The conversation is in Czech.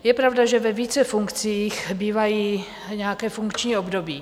Je pravda, že ve více funkcích bývají nějaká funkční období.